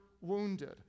wounded